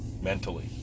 mentally